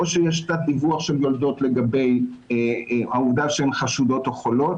או שיש תת דיווח של יולדות לגבי העובדה שהן חשודות או חולות,